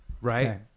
right